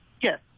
Yes